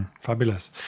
Fabulous